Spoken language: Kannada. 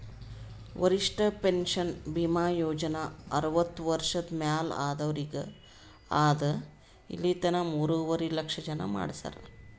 ವರಿಷ್ಠ ಪೆನ್ಷನ್ ಭೀಮಾ ಯೋಜನಾ ಅರ್ವತ್ತ ವರ್ಷ ಮ್ಯಾಲ ಆದವ್ರಿಗ್ ಅದಾ ಇಲಿತನ ಮೂರುವರಿ ಲಕ್ಷ ಜನ ಮಾಡಿಸ್ಯಾರ್